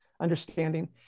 understanding